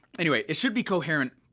anyway, it should be coherent